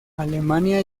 alemania